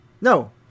no